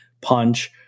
punch